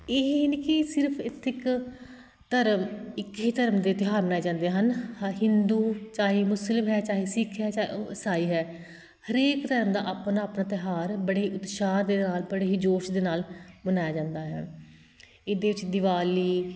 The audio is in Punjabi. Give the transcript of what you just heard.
ਇਹ ਨਹੀਂ ਕਿ ਸਿਰਫ਼ ਇੱਥੇ ਇੱਕ ਧਰਮ ਇੱਕ ਹੀ ਧਰਮ ਦੇ ਤਿਉਹਾਰ ਮਨਾਏ ਜਾਂਦੇ ਹਨ ਹ ਹਿੰਦੂ ਚਾਹੇ ਮੁਸਲਿਮ ਹੈ ਚਾਹੇ ਸਿੱਖ ਹੈ ਚਾਹੇ ਉਹ ਇਸਾਈ ਹੈ ਹਰੇਕ ਧਰਮ ਦਾ ਆਪਣਾ ਆਪਣਾ ਤਿਉਹਾਰ ਬੜੇ ਉਤਸ਼ਾਹ ਦੇ ਨਾਲ਼ ਬੜੇ ਹੀ ਜੋਸ਼ ਦੇ ਨਾਲ਼ ਮਨਾਇਆ ਜਾਂਦਾ ਹੈ ਇਹਦੇ ਵਿੱਚ ਦਿਵਾਲੀ